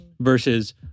versus